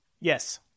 Yes